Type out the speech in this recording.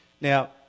Now